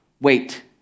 wait